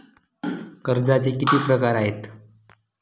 कर्जाचे किती प्रकार आहेत?